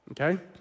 okay